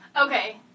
Okay